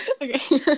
Okay